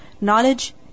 Knowledge